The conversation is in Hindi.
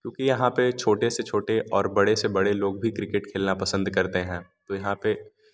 क्योंकि यहाँ पे छोटे से छोटे और बड़े से बड़े लोग भी क्रिकेट खेलना पसंद करते हैं तो यहाँ पर